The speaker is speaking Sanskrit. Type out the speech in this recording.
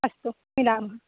अस्तु मिलामः